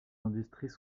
industries